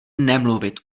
nemluvit